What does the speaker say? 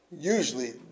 Usually